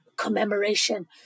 commemoration